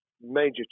major